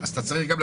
שהצריכה של